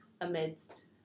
amidst